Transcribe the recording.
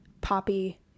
Poppy